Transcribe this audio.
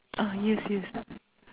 uh yes yes